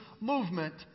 movement